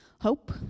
Hope